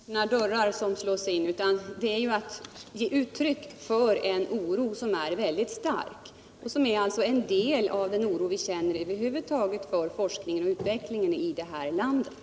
Herr talman! Det är inte några öppna dörrar som slås in, utan detta är ju att ge uttryck för en oro som är oerhört stark. Det är en del av den oro vi över huvud taget känner för forskningen och utvecklingen i det här landet.